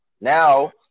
Now